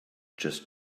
just